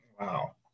Wow